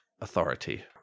authority